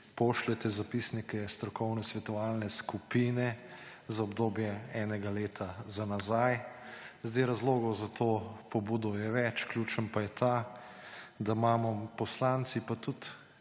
pošljete zapisnike strokovne svetovalne skupine za obdobje enega leta za nazaj. Razlogov za to pobudo je več. Ključen pa je ta, da imamo poslanci pa tudi